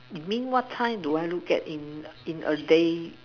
mean what time do I look at in a day